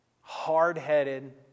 hard-headed